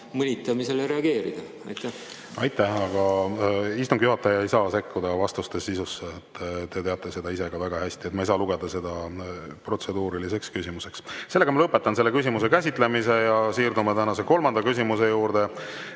küsimuse käsitlemise. Aitäh! Aga istungi juhataja ei saa sekkuda vastuste sisusse. Te teate seda ise ka väga hästi. Ma ei saa lugeda seda protseduuriliseks küsimuseks. Ma lõpetan selle küsimuse käsitlemise. Siirdume tänase kolmanda küsimuse juurde.